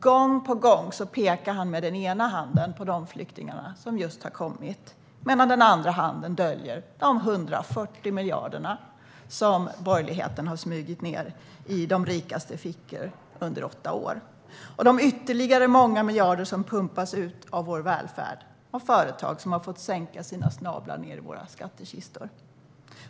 Gång på gång pekar han med den ena handen på de flyktingar som just har kommit, medan den andra handen döljer de 140 miljarder som borgerligheten har smugit ned i de rikastes fickor under åtta år. Den andra handen döljer också de många miljarder som pumpas ut ur vår välfärd av företag som har fått sänka ned sina snablar i våra skattkistor.